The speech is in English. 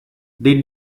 they